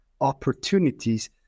opportunities